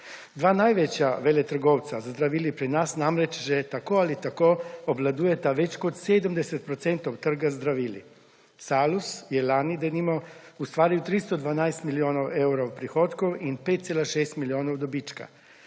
Dva največja veletrgovca z zdravili pri nas namreč že tako ali tako obvladujete več kot 70 procentov trga z zdravili. Salus je lani, denimo, ustvaril 312 milijonov evrov prihodkov in 5,6 milijonov dobička,